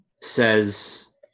says